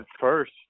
first